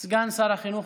סגן שר החינוך,